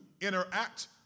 interact